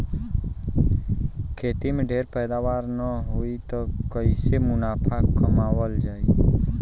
खेती में ढेर पैदावार न होई त कईसे मुनाफा कमावल जाई